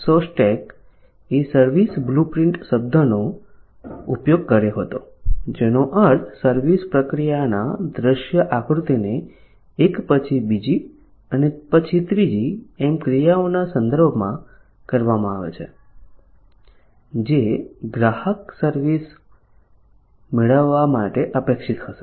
Lynn Shostack એ service blueprint શબ્દનો ઉપયોગ કર્યો હતો જેનો અર્થ સર્વિસ પ્રક્રિયાના દ્રશ્ય આકૃતિને એક પછી બીજી અને પછી ત્રીજી એમ ક્રિયાઓના સંદર્ભમાં કરવામાં આવે છે જે ગ્રાહક સર્વિસ મેળવવા માટે અપેક્ષિત હશે